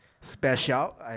special